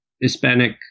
Hispanic